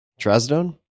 Trazodone